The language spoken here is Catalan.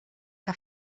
que